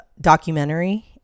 documentary